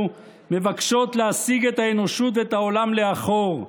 מבקשות להסיג את האנושות ואת העולם לאחור.